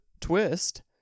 Twist